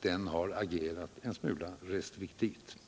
den har agerat en smula restriktivt.